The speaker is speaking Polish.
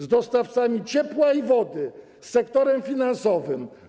Z dostawcami ciepła i wody, z sektorem finansowym?